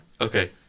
Okay